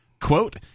Quote